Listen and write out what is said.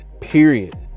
period